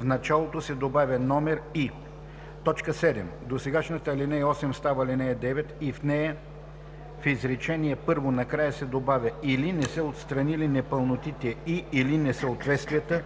в началото се добавя „номер и“. 7. Досегашната ал. 8 става ал. 9 и в нея в изречение първо накрая се добавя „или не са отстранили непълнотите и/или несъответствията